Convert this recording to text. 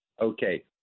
Okay